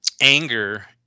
anger